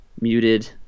muted